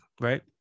right